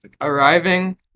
arriving